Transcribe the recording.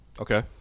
Okay